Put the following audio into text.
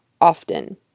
Often